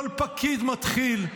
כל פקיד מתחיל,